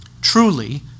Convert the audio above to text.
Truly